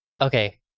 Okay